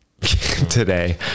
today